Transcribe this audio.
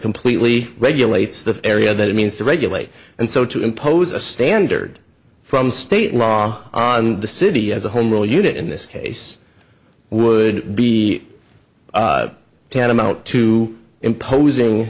completely regulates the area that it means to regulate and so to impose a standard from state law on the city as a home rule unit in this case would be tantamount to imposing